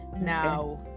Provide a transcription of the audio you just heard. Now